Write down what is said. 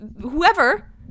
whoever